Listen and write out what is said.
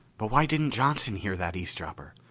but why didn't johnson hear that eavesdropper?